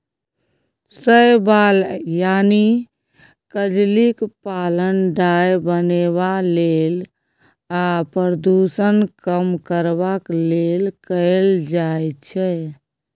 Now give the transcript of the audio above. शैबाल यानी कजलीक पालन डाय बनेबा लेल आ प्रदुषण कम करबाक लेल कएल जाइ छै